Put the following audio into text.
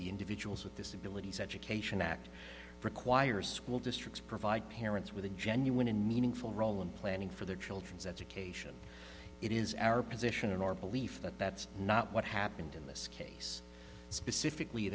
the individuals with disabilities education act requires school districts provide parents with a genuine and meaningful role in planning for their children's education it is our position in our belief that that's not what happened in this case specifically